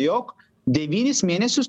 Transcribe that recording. jog devynis mėnesius